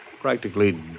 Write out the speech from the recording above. Practically